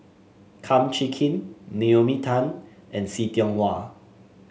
Kum Chee Kin Naomi Tan and See Tiong Wah